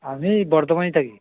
আমি এই বর্ধমানেই থাকি